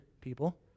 people